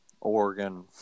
Oregon